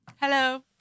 Hello